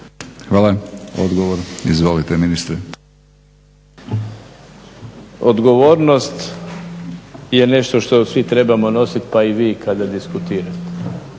Hvala. Odgovor. Izvolite ministre. **Mrsić, Mirando (SDP)** Odgovornost je nešto što svi trebamo nositi pa i vi kada diskutirate.